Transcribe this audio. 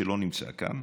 שלא נמצא כאן,